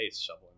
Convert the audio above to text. shoveling